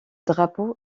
drapeau